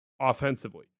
offensively